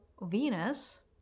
venus